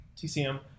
TCM